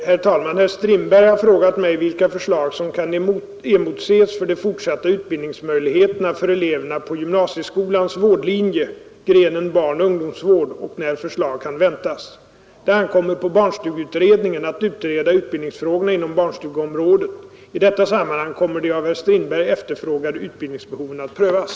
Herr talman! Herr Strindberg har frågat mig, vilka förslag som kan emotses för de fortsatta utbildningsmöjligheterna för eleverna på gymnasieskolans vårdlinje, grenen barnoch ungdomsvård, och när förslag kan väntas. Det ankommer på barnstugeutredningen att utreda utbildningsfrågorna inom barnstugeområdet. I detta sammanhang kommer de av herr Strindberg efterfrågade utbildningsbehoven att prövas.